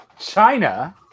China